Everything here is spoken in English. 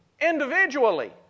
Individually